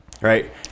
right